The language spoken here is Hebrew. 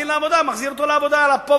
ובית-הדין לעבודה מחזיר אותו לעבודה על אפו